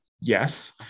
Yes